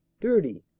dirty